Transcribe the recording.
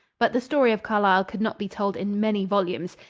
but the story of carlisle could not be told in many volumes.